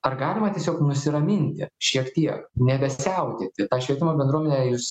ar galima tiesiog nusiraminti šiek tiek nebesiautėti švietimo bendruomenę jus